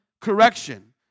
correction